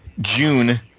June